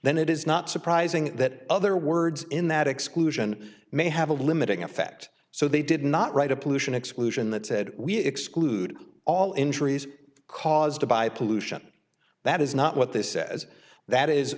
then it is not surprising that other words in that exclusion may have a limiting effect so they did not write a pollution exclusion that said we exclude all injuries caused by pollution that is not what this says that is